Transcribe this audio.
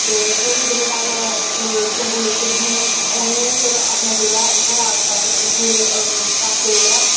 ते फिर जेह्ड़े राजा जम्बू लोचन हे उनें फिर अपना जेह्ड़ा उत्थै राजपाठ उत्थै स्टार्ट करी ओड़ेआ